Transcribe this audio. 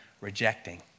rejecting